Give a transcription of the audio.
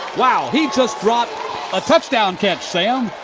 wow. he just dropped a touchdown catch, sam.